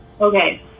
Okay